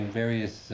various